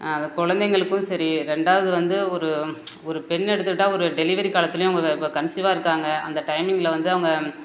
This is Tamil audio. அந்த குழந்தைங்களுக்கும் சரி ரெண்டாவது வந்து ஒரு ஒரு பெண் எடுத்துக்கிட்டால் ஒரு டெலிவரி காலத்துலேயும் அவங்க இப்போ கன்ஸீவாக இருக்காங்க அந்த டைமிங்ல வந்து அவங்க